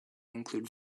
include